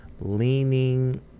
Leaning